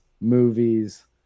movies